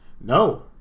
No